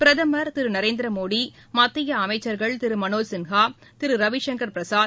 பிரதமர் திரு நரேந்திர மோடி மத்திய அமைச்சர்கள் திரு மனோஜ் சின்ஹா திரு ரவிசங்கர் பிரசாத்